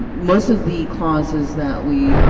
um most of the clauses that we